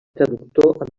traductor